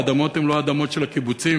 האדמות הן לא אדמות של הקיבוצים,